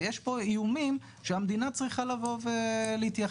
ויש פה איומים שהמדינה צריכה לבוא ולהתייחס